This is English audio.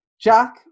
Jack